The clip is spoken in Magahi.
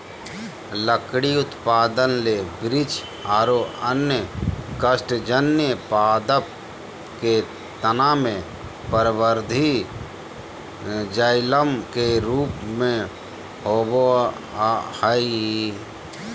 लकड़ी उत्पादन ले वृक्ष आरो अन्य काष्टजन्य पादप के तना मे परवर्धी जायलम के रुप मे होवअ हई